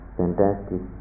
fantastic